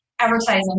Advertising